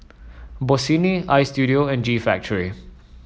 Bossini Istudio and G Factory